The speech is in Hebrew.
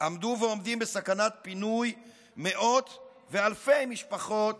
עמדו ועומדים בסכנת פינוי מאות ואלפי משפחות